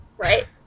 Right